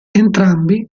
entrambi